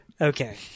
Okay